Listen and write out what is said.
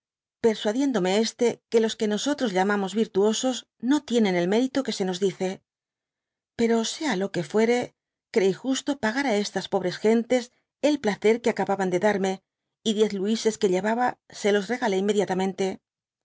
persuadieiidome este que los que nosotros llamamos tirtaosos no tienen el mérito que se nos dice pero sea lo qne fuere creí justo pagar á estas pobres gentes el placer que acababan de darme y diez luises que llevaba se los regalé inmediatamente